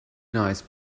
nice